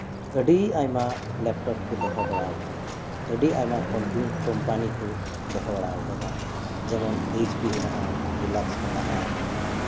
ᱟᱹᱰᱤ ᱟᱭᱢᱟ ᱞᱮᱯᱴᱚᱯ ᱠᱚ ᱫᱚᱦᱚ ᱵᱟᱲᱟ ᱟᱠᱟᱫᱟ ᱟᱹᱰᱤ ᱟᱭᱢᱟ ᱠᱳᱢᱯᱟᱱᱤ ᱠᱚ ᱫᱚᱦᱚ ᱵᱟᱲᱟ ᱟᱠᱟᱫᱟ ᱡᱮᱢᱚᱱ ᱮᱭᱤᱪ ᱯᱤ ᱢᱮᱱᱟᱜᱼᱟ ᱰᱤᱞᱟᱠᱥ ᱢᱮᱱᱟᱜᱼᱟ